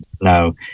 No